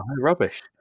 rubbish